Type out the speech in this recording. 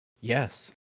Yes